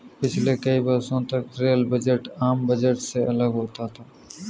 पिछले कई वर्षों तक रेल बजट आम बजट से अलग होता था